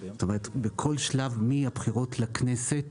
זאת אומרת, בכול שלב, מהבחירות לכנסת